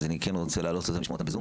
אני כן רוצה לשמוע אותם.